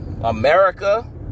America